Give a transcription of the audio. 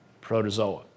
Protozoa